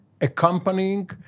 accompanying